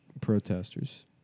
protesters